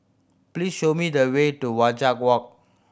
please show me the way to Wajek Walk